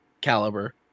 caliber